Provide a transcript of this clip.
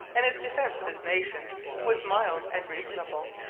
and his defence of his nation was mild and reasonable,